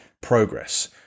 progress